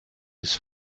his